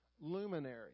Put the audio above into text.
luminary